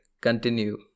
continue